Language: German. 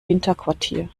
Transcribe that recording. winterquartier